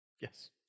Yes